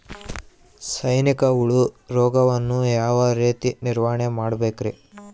ಸೈನಿಕ ಹುಳು ರೋಗವನ್ನು ಯಾವ ರೇತಿ ನಿರ್ವಹಣೆ ಮಾಡಬೇಕ್ರಿ?